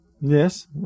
Yes